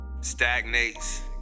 stagnates